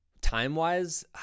time-wise